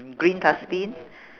green dustbin